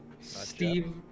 Steve